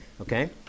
okay